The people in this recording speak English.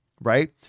right